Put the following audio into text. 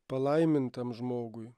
palaimintam žmogui